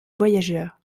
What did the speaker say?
voyageur